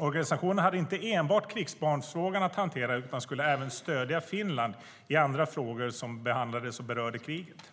Organisationen hade inte enbart krigsbarnsfrågan att hantera, utan skulle även stödja Finland i andra frågor som behandlades och berörde kriget.